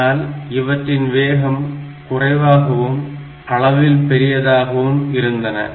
ஆனால் இவற்றின் வேகம் குறைவாகவும் அளவில் பெரியதாகவும் இருந்தன